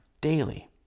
daily